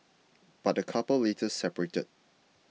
but the couple later separated